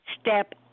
step